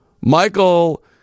michael